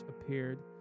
appeared